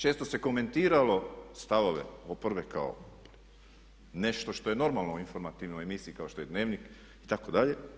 Često se komentiralo stavove oporbe kao nešto što je normalno u informativnoj emisiji kao što je Dnevnik itd.